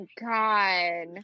god